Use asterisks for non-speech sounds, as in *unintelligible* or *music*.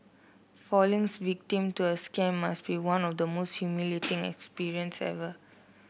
falling *unintelligible* victim to a scam must be one of the most humiliating experience ever